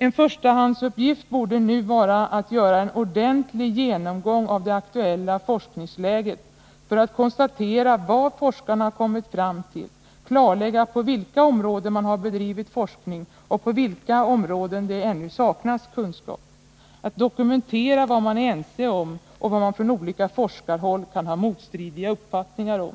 En förstahandsuppgift borde nu vara att göra en ordentlig genomgång av det aktuella forskningsläget för att konstatera vad forskarna har kommit fram till, för att klarlägga på vilka områden man har bedrivit forskning och på vilka punkter det saknas kunskap och för att dokumentera vad man är ense om och vad man från olika forskarhåll kan ha motstridiga uppfattningar om.